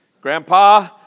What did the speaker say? grandpa